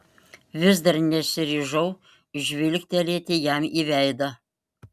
vis dar nesiryžau žvilgtelėti jam į veidą